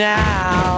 now